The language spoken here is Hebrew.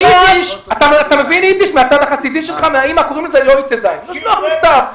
ביידיש קוראים לזה לשלוח מכתב.